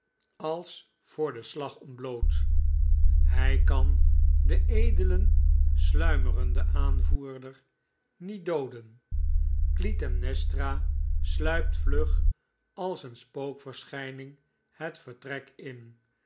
als voor den slag ontbloot hij kan den edelen sluimerenden aanvoerder niet dooden clytemnestra sluipt vlug als een spookverschijning het vertrek in